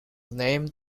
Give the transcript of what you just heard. named